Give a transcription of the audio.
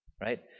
right